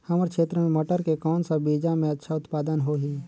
हमर क्षेत्र मे मटर के कौन सा बीजा मे अच्छा उत्पादन होही?